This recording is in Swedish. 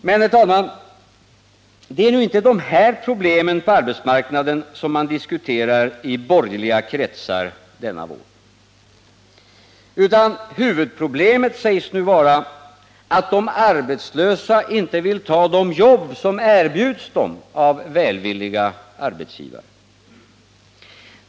Men, herr talman, det är nu inte dessa problem på arbetsmarknaden som man diskuterar i borgerliga kretsar denna vår. Huvudproblemet sägs nu vara att de arbetslösa inte vill ta de jobb som erbjuds dem av välvilliga arbetsgivare.